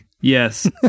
Yes